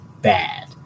bad